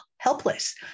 Helpless